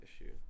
issue